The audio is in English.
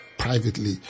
Privately